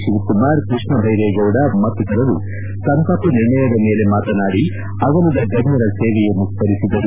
ಶಿವಕುಮಾರ್ ಕೃಷ್ಣಬ್ಬಿರೇಗೌಡ ಮತ್ತಿತರರು ಸಂತಾಪ ನಿರ್ಣಯದ ಮೇಲೆ ಮಾತನಾಡಿ ಅಗಲಿದ ಗಣ್ಣರ ಸೇವೆಯನ್ನು ಸ್ರರಿಸಿದರು